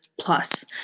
plus